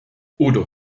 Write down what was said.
oder